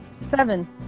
Seven